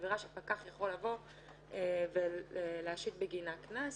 עבירה שפקח יכול לבוא ולהשית בגינה קנס.